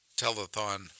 telethon